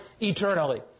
eternally